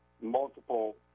multiple